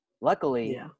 Luckily